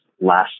last